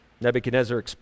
Nebuchadnezzar